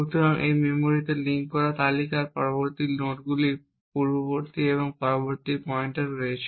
সুতরাং এই মেমরিতে লিঙ্ক করা তালিকার পরবর্তী নোডগুলির পূর্ববর্তী এবং পরবর্তী পয়েন্টার রয়েছে